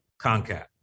CONCAT